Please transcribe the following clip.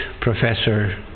Professor